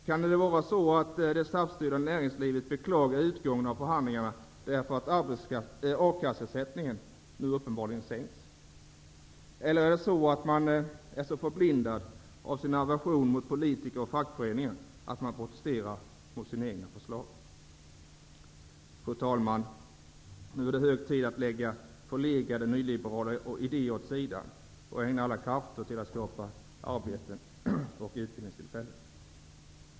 Kan det vara så att det SAF-styrda näringslivet beklagar utgången av förhandlingarna därför att akasseersättningen nu uppenbarligen sänks? Eller är man så förblindad av sin aversion mot politiker och fackföreningar att man protesterar mot sina egna förslag? Fru talman! Nu är det hög tid att lägga förlegade nyliberala idéer åt sidan och att ägna alla krafter till att skapa arbeten och utbildningstillfällen.